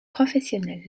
professionnels